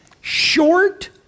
Short